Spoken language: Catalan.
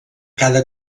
cada